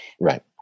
Right